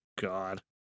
God